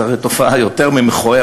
זו הרי תופעה יותר ממכוערת.